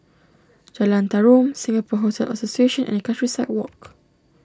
Jalan Tarum Singapore Hotel Association and Countryside Walk